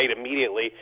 immediately